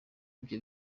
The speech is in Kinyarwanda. ibyo